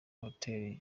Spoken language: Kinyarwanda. hotel